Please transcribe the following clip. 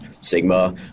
Sigma